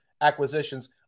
acquisitions